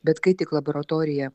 bet kai tik laboratorija